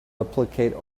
replicate